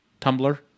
Tumblr